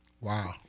Wow